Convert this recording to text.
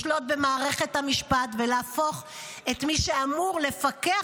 לשלוט במערכת המשפט ולהפוך את מי שאמור לפקח